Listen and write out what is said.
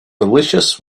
delicious